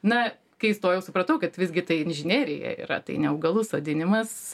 na kai įstojau supratau kad visgi tai inžinerija yra tai ne augalų sodinimas